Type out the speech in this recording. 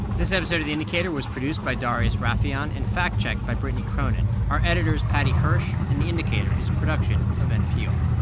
this episode of the indicator was produced by darius rafieyan and fact-checked by brittany cronin. our editor is paddy hirsch, and the indicator is a production of npr